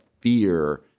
fear